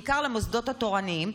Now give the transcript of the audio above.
בעיקר למוסדות התורניים,